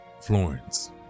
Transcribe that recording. Florence